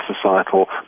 societal